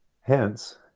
hence